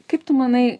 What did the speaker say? kaip tu manai